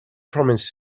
promised